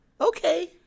Okay